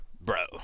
bro